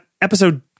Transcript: episode